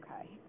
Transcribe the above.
Okay